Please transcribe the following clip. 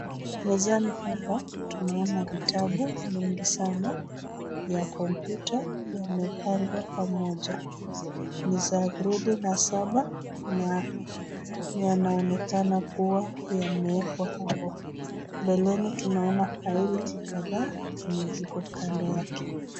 Mezani hapa tunaona vitabu mingi sana ya computer yamepangwa pamoja, ni za gredi ya Saba na yanaoneka kuwa yamewekwa hapo , mbeleni tunaona faili kadhaa yenye iko kando yake.